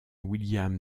william